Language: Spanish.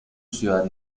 ciudad